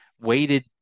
weighted